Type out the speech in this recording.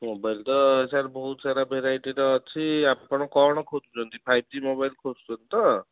mobile ତ sir ବହୁତ ସାରା ଭେରାଇଟିର ଅଛି ଆପଣ କ'ଣ ଖୋଜୁଛନ୍ତି ଫାଇଭ୍ ଜି ମୋବାଇଲ୍ ଖୋଜୁଛନ୍ତି ତ